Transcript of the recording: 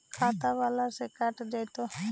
खाता बाला से कट जयतैय?